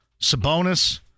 Sabonis